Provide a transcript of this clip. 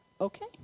Okay